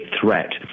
threat